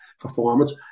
Performance